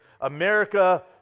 America